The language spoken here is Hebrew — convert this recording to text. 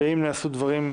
ואם נעשו דברים,